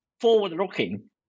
forward-looking